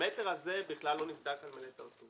הפרמטר הזה בכלל לא נבדק על "מלט הר-טוב",